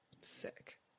Sick